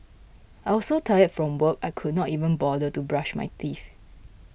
I was so tired from work I could not even bother to brush my teeth